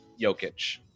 Jokic